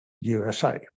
usa